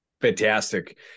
Fantastic